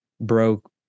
broke